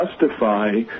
justify